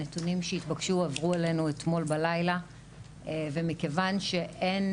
הנתונים שהתבקשו עברו אלינו אתמול בלילה ומכיוון שאין